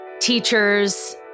teachers